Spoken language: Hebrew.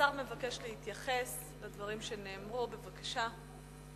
השר מבקש להתייחס לדברים שנאמרו, בבקשה.